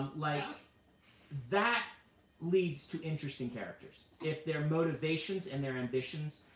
like that leads to interesting characters, if their motivations and their ambitions,